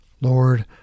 Lord